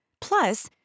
Plus